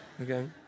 Okay